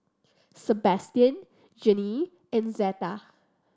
Sebastian Jeannie and Zeta